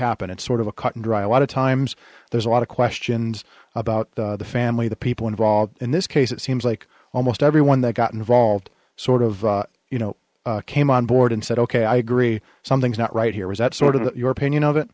happened it's sort of a cut and dry a lot of times there's a lot of questions about the family the people involved in this case it seems like almost everyone that got involved sort of you know came on board and said ok i agree something's not right here was that sort of your pain